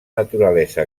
naturalesa